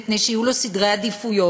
מפני שיהיו לו סדרי עדיפויות,